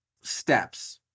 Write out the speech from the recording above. steps